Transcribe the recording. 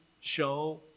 show